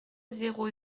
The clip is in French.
zéro